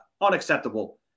unacceptable